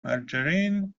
margarine